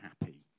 happy